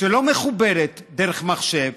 שלא מחוברת דרך מחשב,